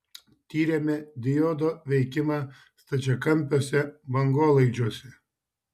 tyrėme diodo veikimą stačiakampiuose bangolaidžiuose